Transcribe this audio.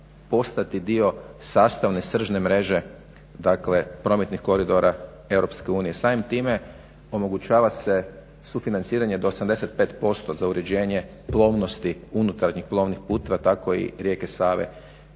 postati dio sastavne sržne mreže prometnih koridora EU. Samim time omogućava se sufinanciranje do 85% za uređenje plovnosti unutarnjih plovnih puteva tako i rijeke Save.